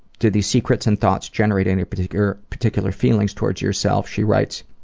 do these secrets and thoughts generate any particular particular feelings toward yourself? she writes,